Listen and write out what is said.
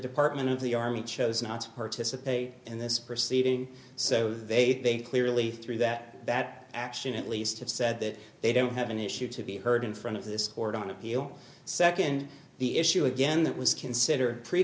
department of the army chose not to participate in this proceeding so they clearly threw that that action at least have said that they don't have an issue to be heard in front of this court on appeal second the issue again that was consider pre